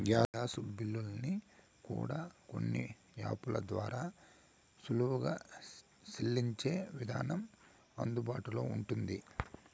gas బిల్లుల్ని కూడా కొన్ని యాపుల ద్వారా సులువుగా సెల్లించే విధానం అందుబాటులో ఉంటుంది